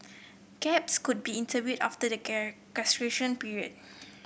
gaps could be interviewed after the period